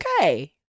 okay